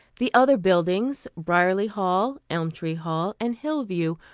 the other buildings, briarley hall, elmtree hall and hillview,